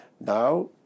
Now